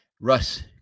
Russ